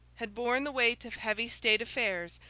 had borne the weight of heavy state affairs,